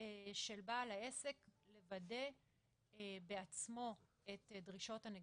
של בעל העסק לוודא בעצמו את דרישות הנגישות.